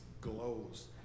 glows